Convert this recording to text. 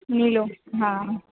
नीलो हा